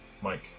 Mike